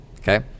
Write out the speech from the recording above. Okay